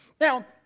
Now